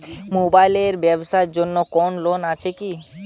Mobile এর ব্যাবসার জন্য কোন লোন আছে কি?